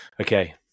okay